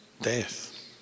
death